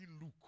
look